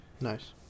nice